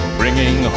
bringing